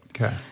Okay